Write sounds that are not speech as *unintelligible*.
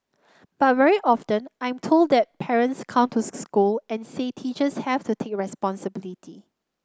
but very often I'm told that parents come to *unintelligible* school and say teachers have to take responsibility